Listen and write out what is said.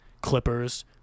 Clippers